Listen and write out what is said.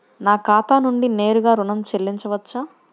నా ఖాతా నుండి నేరుగా ఋణం చెల్లించవచ్చా?